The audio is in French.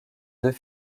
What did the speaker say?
deux